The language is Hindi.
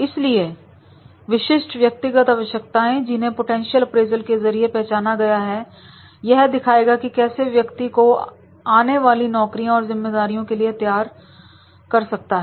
इसलिए विशिष्ट व्यक्तिगत आवश्यकताएं जिन्हें पोटेंशियल अप्रेजल के जरिए पहचाना गया है यह दिखाएगा कि कैसे व्यक्ति खुद को आने वाली नौकरियां और जिम्मेदारियों के लिए तैयार कर सकता है